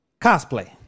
cosplay